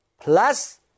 plus